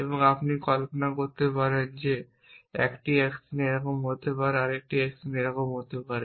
এবং আপনি কল্পনা করতে পারেন যে 1টি অ্যাকশন এই রকম হতে পারে আরেকটি অ্যাকশন এরকম হতে পারে